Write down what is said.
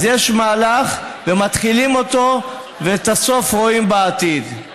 אז יש מהלך, מתחילים אותו, ואת הסוף רואים בעתיד.